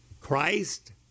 Christ